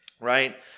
right